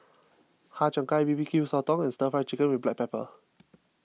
Har Cheong Gai B B Q Sotong and Stir Fry Chicken with Black Pepper